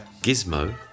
gizmo